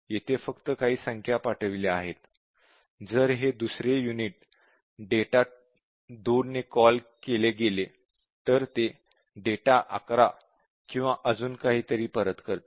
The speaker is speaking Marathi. जर हे दुसरे युनिट डेटा 2 ने कॉल केले गेले तर ते डेटा 11 किंवा अजून काहीतरी परत करते